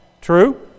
True